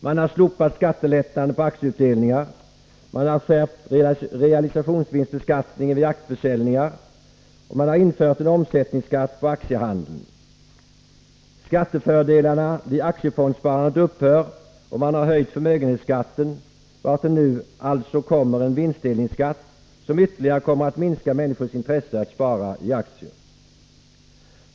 Man har slopat skattelättnaden på aktieutdelningar, man har skärpt realisationsvinstbeskattningen vid aktieförsäljningar, och man har infört en omsättningsskatt på aktiehandeln. Skattefördelarna vid aktiefondssparandet upphör, och man har höjt förmögenhetsskatten, vartill nu alltså kommer en vinstdelningsskatt, som ytterligare kommer att minska människors intresse att spara i aktier.